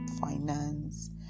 finance